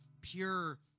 pure